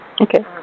Okay